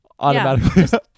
Automatically